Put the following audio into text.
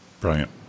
Brilliant